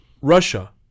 Russia